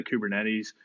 Kubernetes